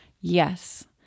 Yes